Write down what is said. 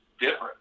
Different